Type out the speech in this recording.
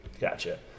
Gotcha